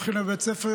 הולכים לבית ספר,